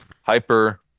Hyper